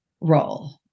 role